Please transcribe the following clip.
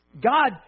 God